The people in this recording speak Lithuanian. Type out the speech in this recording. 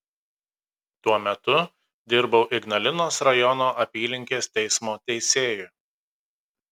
tuo metu dirbau ignalinos rajono apylinkės teismo teisėju